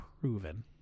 proven